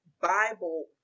Bible